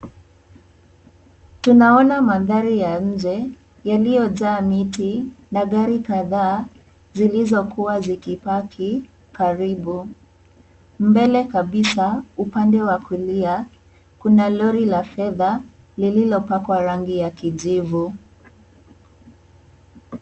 Tunaona magari ya nje, yaliyojaa miti na gari kadhaa zilizokuwa zikipaki karibu. Mbele kabisa, upande wa kulia, kuna lori la fedha lililopakwa rangi ya kijivu.